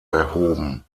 erhoben